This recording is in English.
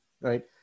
right